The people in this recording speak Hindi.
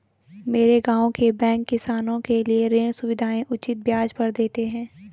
मेरे गांव के बैंक किसानों के लिए ऋण सुविधाएं उचित ब्याज पर देते हैं